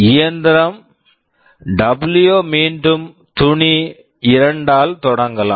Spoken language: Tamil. இயந்திரம் W மீண்டும் துணி 2 ஆல் தொடங்கலாம்